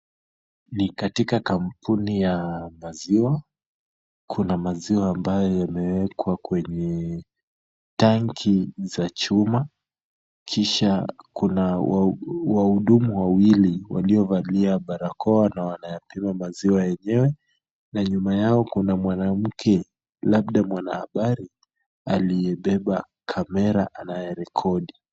Ni katika kampuni ya maziwa, kuna maziwa ambayo yamewekwa kwenye tanki za chuma, kisha kuna wahudumu wawili waliovalia barakoa na wanayapima maziwa yenyewe, na nyuma yao kuna mwanamke labda mwanahabari aliyebeba kamera anayerekodi.